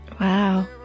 Wow